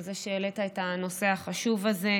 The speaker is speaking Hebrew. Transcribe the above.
על זה שהעלית את הנושא החשוב הזה.